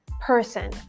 person